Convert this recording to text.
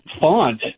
font